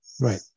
Right